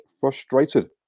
frustrated